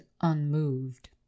unmoved